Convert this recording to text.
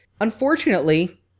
unfortunately